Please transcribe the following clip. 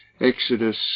Exodus